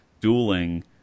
dueling